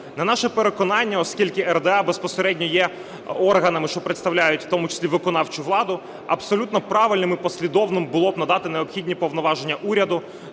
На наше переконання, оскільки РДА безпосередньо є органами, що представляють у тому числі виконавчу владу, абсолютно правильним і послідовним було б надати необхідні повноваження уряду,